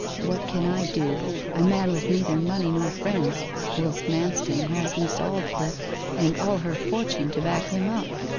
what can i do a man with neither money nor friends whilst manston has miss aldclyffe and all her fortune to back him up?